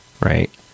right